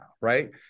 right